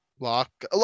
Lock